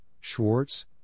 Schwartz